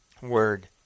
word